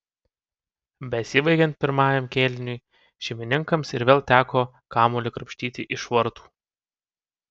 besibaigiant pirmajam kėliniui šeimininkams ir vėl teko kamuolį krapštyti iš vartų